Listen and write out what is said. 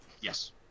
yes